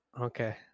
okay